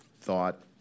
thought